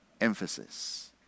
emphasis